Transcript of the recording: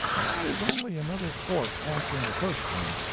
that is only another fort answering the first one.